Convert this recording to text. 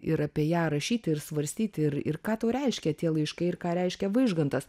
ir apie ją rašyti ir svarstyti ir ir ką tau reiškia tie laiškai ir ką reiškia vaižgantas